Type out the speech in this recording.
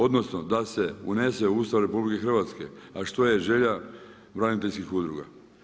Odnosno, da se unese u Ustav RH, a što je želja braniteljskih udruga.